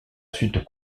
suite